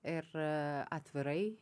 ir atvirai